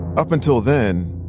up until then,